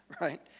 right